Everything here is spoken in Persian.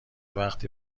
وقتی